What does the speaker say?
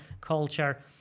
culture